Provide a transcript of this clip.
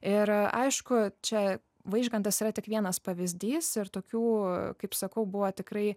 ir aišku čia vaižgantas yra tik vienas pavyzdys ir tokių kaip sakau buvo tikrai